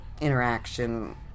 interaction